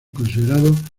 considerados